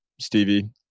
stevie